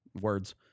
Words